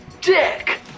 dick